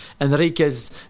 Enriquez